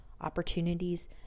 opportunities